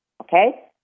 Okay